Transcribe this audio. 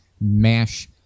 mash